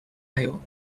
aisle